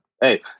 Hey